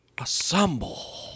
Assemble